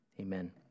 amen